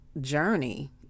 journey